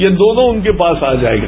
ये दोनों उनके पास आ जाएंगे